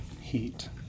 heat